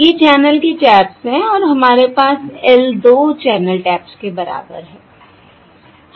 ये चैनल के टैप्स हैं और हमारे पास L दो चैनल टैप्स के बराबर है